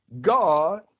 God